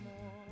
more